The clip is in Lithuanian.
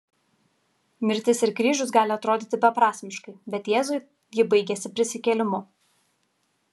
mirtis ir kryžius gali atrodyti beprasmiškai bet jėzui ji baigėsi prisikėlimu